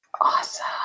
Awesome